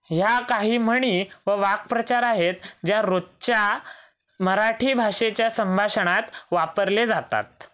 ह्या काही म्हणी व वाक्प्रचार आहेत ज्या रोजच्या मराठी भाषेच्या संभाषणात वापरले जातात